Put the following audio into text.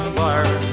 fire